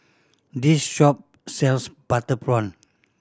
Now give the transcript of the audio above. this shop sells butter prawn